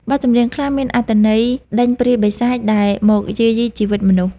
បទចម្រៀងខ្លះមានអត្ថន័យដេញព្រាយបិសាចដែលមកយាយីជីវិតមនុស្ស។